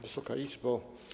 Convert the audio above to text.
Wysoka Izbo!